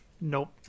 Nope